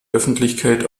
öffentlichkeit